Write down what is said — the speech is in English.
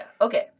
Okay